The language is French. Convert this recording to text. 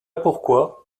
pourquoi